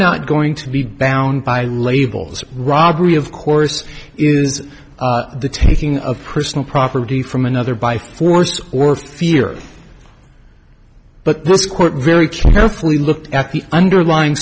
not going to be bound by labels robbery of course is the taking of personal property from another by force or fear but this court very cheerfully looked at the underlying